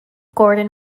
gordon